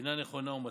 אינה נכונה ומטעה,